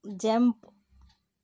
jump